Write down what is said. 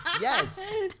Yes